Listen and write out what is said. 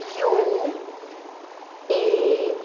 U A